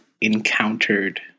encountered